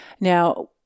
Now